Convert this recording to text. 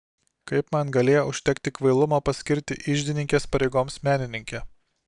kaip man galėjo užtekti kvailumo paskirti iždininkės pareigoms menininkę